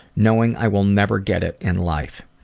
knowing i will never get it in life.